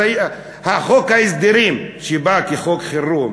חוק ההסדרים שבא כחוק חירום.